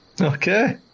Okay